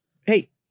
Hey